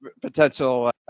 potential